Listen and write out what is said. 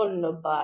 ধন্যবাদ